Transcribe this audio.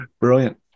Brilliant